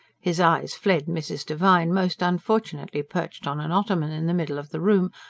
his eyes fled mrs. devine, most unfortunately perched on an ottoman in the middle of the room,